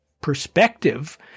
perspective